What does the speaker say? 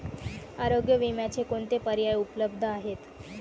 आरोग्य विम्याचे कोणते पर्याय उपलब्ध आहेत?